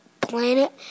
planet